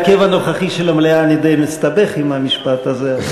נדמה לי שבהרכב הנוכחי של המליאה אני די מסתבך עם המשפט הזה.